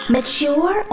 Mature